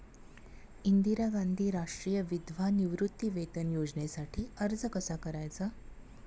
इंदिरा गांधी राष्ट्रीय विधवा निवृत्तीवेतन योजनेसाठी अर्ज कसा करायचा?